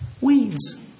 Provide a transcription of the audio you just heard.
Weeds